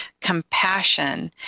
compassion